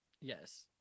Yes